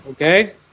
Okay